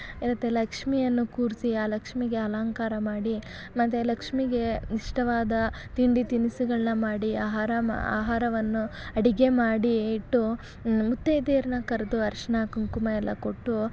ಇರುತ್ತೆ ಲಕ್ಷ್ಮಿಯನ್ನು ಕೂರಿಸಿ ಆ ಲಕ್ಷ್ಮಿಗೆ ಅಲಂಕಾರ ಮಾಡಿ ಮತ್ತು ಲಕ್ಷ್ಮಿಗೆ ಇಷ್ಟವಾದ ತಿಂಡಿ ತಿನಿಸುಗಳನ್ನ ಮಾಡಿ ಆಹಾರ ಆಹಾರವನ್ನು ಅಡುಗೆ ಮಾಡಿ ಇಟ್ಟು ಮುತ್ತೈದೆಯರನ್ನ ಕರೆದು ಅರಶಿನ ಕುಂಕುಮ ಎಲ್ಲ ಕೊಟ್ಟು